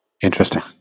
Interesting